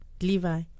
Levi